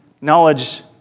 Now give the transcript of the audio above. Knowledge